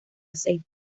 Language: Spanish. aceite